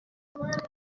nta